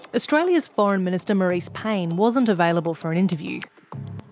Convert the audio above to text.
australia's foreign minister marise payne wasn't available for an interview.